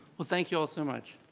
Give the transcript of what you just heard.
well thank you all so much.